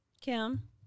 Kim